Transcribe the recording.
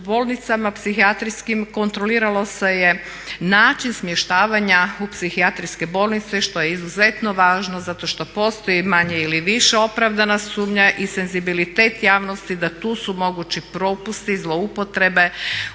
u bolnicama psihijatrijskim kontroliralo se je način smještavanja u psihijatrijske bolnice što je izuzetno važno zato što postoji manje ili više opravdanja sumnja i senzibilitet javnosti da tu su mogući propusti, zloupotrebe